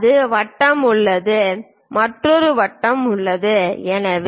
ஒரு வட்டம் உள்ளது மற்றொரு வட்டம் உள்ளது எனவே